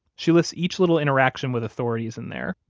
she lists each little interaction with authorities in there,